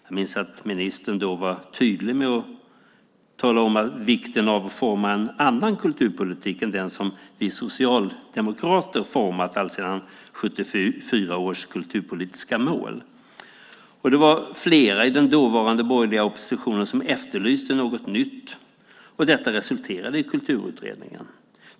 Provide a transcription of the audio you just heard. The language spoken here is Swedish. Då var hon tydlig med att tala om vikten av att forma en annan kulturpolitik än den som vi socialdemokrater format alltsedan 1974 års kulturpolitiska mål. Det var flera i den dåvarande borgerliga oppositionen som efterlyste något nytt, och det resulterade i Kulturutredningen.